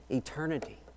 eternity